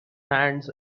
hands